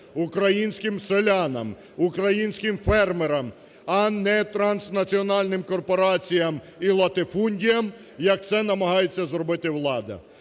українським селянам, українським фермерам, а не транснаціональним корпораціям і латифундіям, як це намагається зробити влада!